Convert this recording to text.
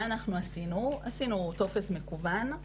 אז מה שאנחנו עשינו, עשינו טופס מקוון,